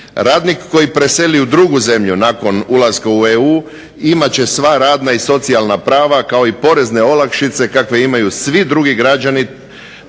Radnik koji preseli u drugu zemlju nakon ulaska u EU imat će sva radna i socijalna prava kao i porezne olakšice kakve imaju svi drugi građani